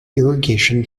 irrigation